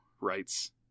writes